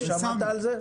לא שמעת על זה?